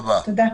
תודה רבה.